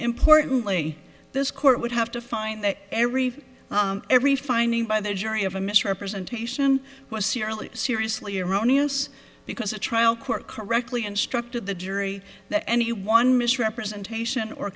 importantly this court would have to find that every every finding by the jury of a misrepresentation was seriously seriously erroneous because the trial court correctly instructed the jury that any one misrepresentation or